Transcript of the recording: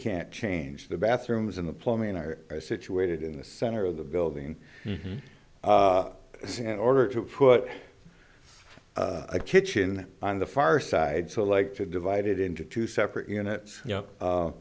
can't change the bathrooms and the plumbing are situated in the center of the building up in order to put a kitchen on the far side so like to divide it into two separate units you know